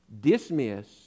Dismiss